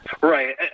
right